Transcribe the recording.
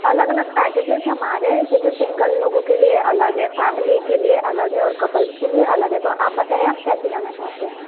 अलग अलग पैकेजेस हमारे जैसे सिंगल लोगों के लिए अलग है फ़ैमिली के लिए अलग है और कपल्स के लिए अलग हैं तो आप बताइए आप कैसे जाना चाहते हैं